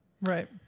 Right